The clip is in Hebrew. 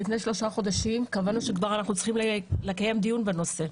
לפני שלושה חודשים קבענו שאנחנו כבר צריכים לקיים דיון בנושא.